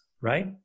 right